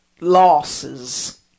losses